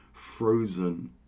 Frozen